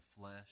flesh